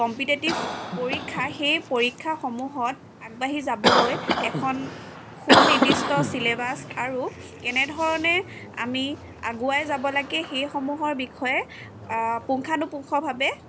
competitive পৰীক্ষা সেই পৰীক্ষাসমূহত আগবাঢ়ি যাবলৈ এখন সুৰ্নিদিষ্ট ছিলেবাছ আৰু কেনেধৰণে আমি আগুৱাই যাব লাগে সেইসমূহৰ বিষয়ে পুংখানুপুংখভাৱে